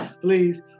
please